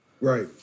Right